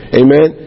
amen